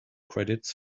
credits